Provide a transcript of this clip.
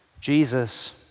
Jesus